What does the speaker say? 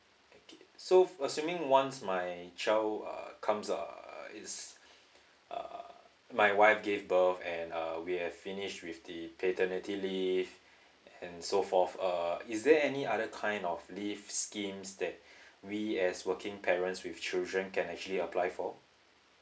okay so assuming once my child uh comes uh is uh my wife gave birth and uh we have finish with the paternity leave and so forth uh is there any other kind of leave schemes that we as working parents with children can actually apply for